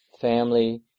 family